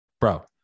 bro